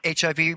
HIV